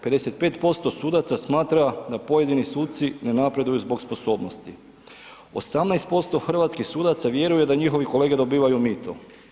55% sudaca smatram da pojedini suci ne napreduju zbog sposobnosti, 18% hrvatskih sudaca vjeruje da njihovi kolege dobivaju mito.